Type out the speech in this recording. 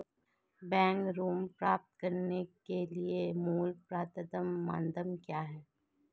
Bank ऋण प्राप्त करने के लिए मूल पात्रता मानदंड क्या हैं?